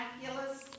miraculous